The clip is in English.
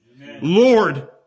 Lord